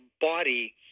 body